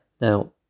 Now